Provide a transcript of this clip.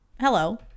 hello